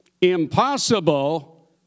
Impossible